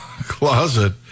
Closet